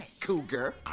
cougar